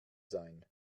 sein